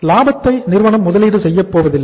லாபத்தை நிறுவனம் முதலீடு செய்யப் போவதில்லை